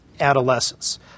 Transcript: adolescence